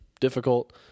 difficult